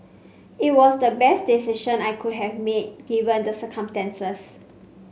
it was the best decision I could have made given the circumstances